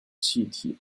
气体